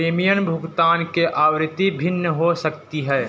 premium भुगतान की आवृत्ति भिन्न हो सकती है